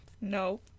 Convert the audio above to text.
No